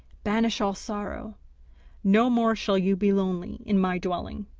banish all sorrow no more shall you be lonely in my dwelling.